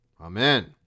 Amen